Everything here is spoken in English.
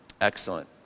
Excellent